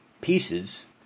pieces